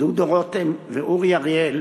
דודו רותם ואורי אריאל